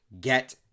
get